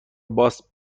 باس